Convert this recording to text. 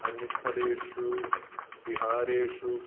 अन्यस्थलेषु विहारेषु